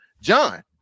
John